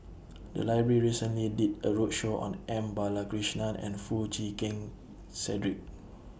The Library recently did A roadshow on M Balakrishnan and Foo Chee Keng Cedric